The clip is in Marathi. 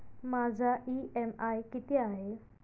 माझा इ.एम.आय किती आहे?